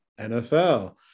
NFL